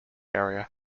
area